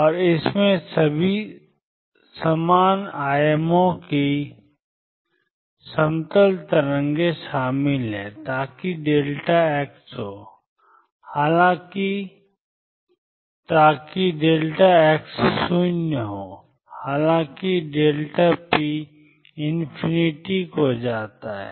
और इसमें सभी समान आयामों की समतल तरंगें शामिल हैं ताकि x हो हालांकि 0 p जाता है